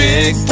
Big